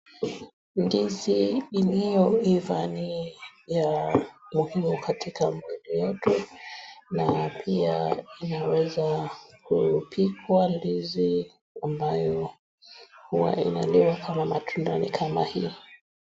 Ndizi iliyoiva ni ya muhimu katika miili yetu, na pia inaweza kupikwa, ndizi ambayo huwa inaliwa kama matunda ni kama hiyo.